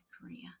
Korea